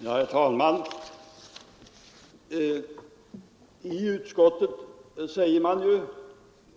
Herr talman! I utskottsbetänkandet säger man ju